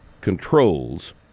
controls